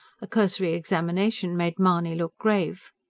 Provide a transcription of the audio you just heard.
a cursory examination made mahony look grave.